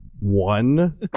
one